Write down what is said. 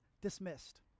dismissed